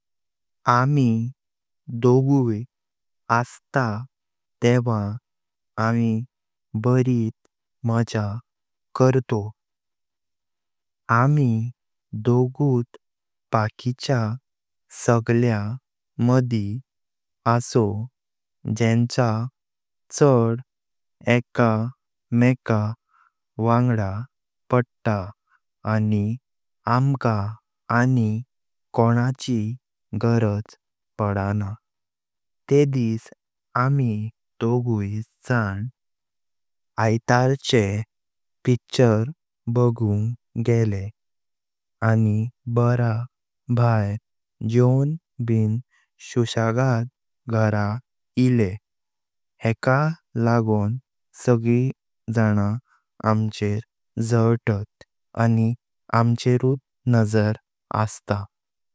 आमी दोनगी असता तेवा आमी बारीत म्हज्या कारतो। आमी दोनगुत बकीचा सगळ्या मदी असोव जेंचा चड एका मेका वांगडा पडता आनि अमका अनिंग कोणाची गरज पडना। तेडिस आमी दोनगी जान आयताचे पिच्चर बगुंग गेले आनि बारा बाहेर जोवंग बिन शुशेगत घरा येले। हेका लागों सगळी जना आमचेर जलतात आनि आमचेरुत नजर असता।